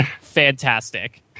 fantastic